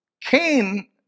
Cain